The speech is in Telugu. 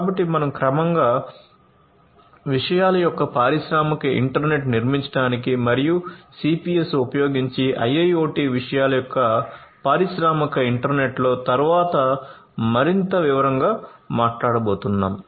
కాబట్టి మనం క్రమంగా విషయాల యొక్క పారిశ్రామిక ఇంటర్నెట్ను నిర్మించటానికి మరియు సిపిఎస్ ఉపయోగించి IIoT విషయాల యొక్క పారిశ్రామిక ఇంటర్నెట్లో తరువాత మరింత వివరంగా మాట్లాడబోతున్నాము